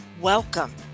Welcome